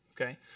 Okay